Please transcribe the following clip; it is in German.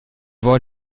wurden